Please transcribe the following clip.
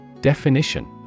Definition